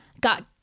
got